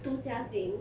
two jia xin